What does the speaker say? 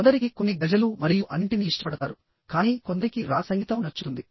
కొందరికి కొన్ని గజల్లు మరియు అన్నింటినీ ఇష్టపడతారు కానీ కొందరికి రాక్ సంగీతం నచ్చుతుంది